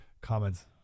comments